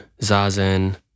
Zazen